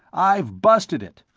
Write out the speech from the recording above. i've busted it.